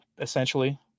essentially